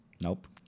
Nope